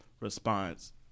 Response